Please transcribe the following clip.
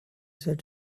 said